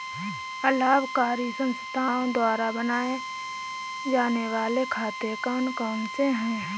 अलाभकारी संस्थाओं द्वारा बनाए जाने वाले खाते कौन कौनसे हैं?